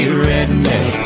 redneck